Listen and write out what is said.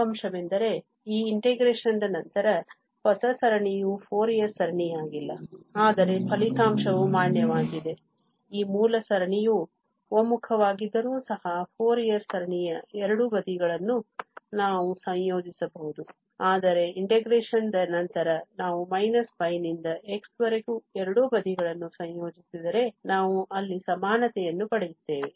ಒಂದು ಅಂಶವೆಂದರೆ ಈ integration ದ ನಂತರ ಹೊಸ ಸರಣಿಯು ಫೋರಿಯರ್ ಸರಣಿಯಾಗಿಲ್ಲ ಆದರೆ ಫಲಿತಾಂಶವು ಮಾನ್ಯವಾಗಿದೆ ಈ ಮೂಲ ಸರಣಿಯು ಒಮ್ಮುಖವಾಗದಿದ್ದರೂ ಸಹ ಫೋರಿಯರ್ ಸರಣಿಯ ಎರಡೂ ಬದಿಗಳನ್ನು ನಾವು ಸಂಯೋಜಿಸಬಹುದು ಆದರೆ integration ದ ನಂತರ ನಾವು −π ನಿಂದ x ವರೆಗೆ ಎರಡೂ ಬದಿಗಳನ್ನು ಸಂಯೋಜಿಸಿದರೆ ನಾವು ಅಲ್ಲಿ ಸಮಾನತೆಯನ್ನು ಪಡೆಯುತ್ತೇವೆ